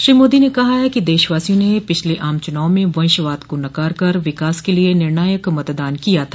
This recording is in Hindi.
श्री मोदी ने कहा ह कि देशवासियों ने पिछले आम चुनाव में वंशवाद को नकार कर विकास के लिए निर्णायक मतदान किया था